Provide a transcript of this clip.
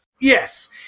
Yes